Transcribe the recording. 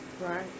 Right